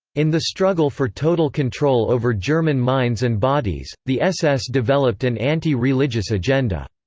in the struggle for total control over german minds and bodies, the ss developed an anti-religious agenda.